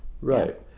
Right